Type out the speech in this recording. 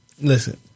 listen